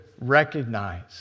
recognize